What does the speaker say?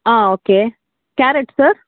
okay carrot sir